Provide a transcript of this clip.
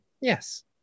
yes